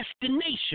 destination